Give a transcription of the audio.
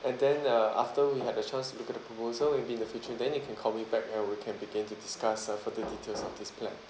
and then uh after you have a chance to look at the proposal maybe in the future then you can call me back err we can begin to discuss uh further details of this plan